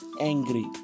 angry